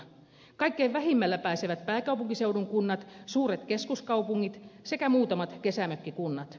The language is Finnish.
kaikkein vähimmällä pääsevät pääkaupunkiseudun kunnat suuret keskuskaupungit sekä muutamat kesämökkikunnat